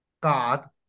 God